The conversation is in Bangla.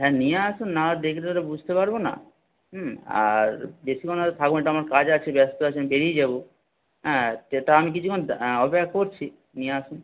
হ্যাঁ নিয়ে আসুন না দেখলে বুঝতে পারব না হুম আর বেশিক্ষণ হয়তো থাকব না একটু আমার কাজ আছে ব্যস্ত আছি আমি বেরিয়ে যাব হ্যাঁ তা আমি কিছুক্ষণ অপেক্ষা করছি নিয়ে আসুন